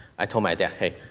i told my dad, hey,